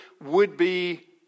would-be